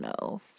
no